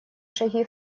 шаги